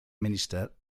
minister